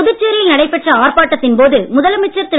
புதுச்சேரியில் நடைபெற்ற ஆர்ப்பாட்டத்தின் போது முதலமைச்சர் திரு